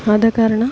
ಆದ ಕಾರಣ